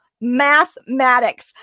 mathematics